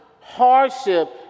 hardship